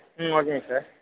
ம் ஓகேங்க சார்